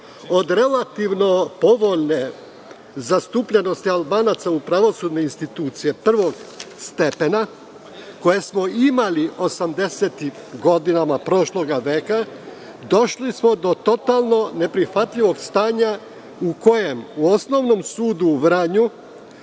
od relativno povoljne zastupljenosti Albanaca u pravosudnim institucijama prvog stepena, koje smo imali 80-tih godina prošlog veka, došli smo do totalno neprihvatljivog stanja u kojem u Osnovnom sudu u Vranju